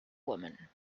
woman